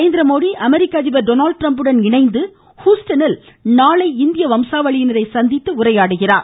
நரேந்திரமோடி அமெரிக்க அதிபர் டொனால்டு ட்ரம்ப்புடன் இணைந்து ஹுஸ்டனில் நாளை இந்திய வம்சாவளியினரை சந்தித்துப் பேசுகிறார்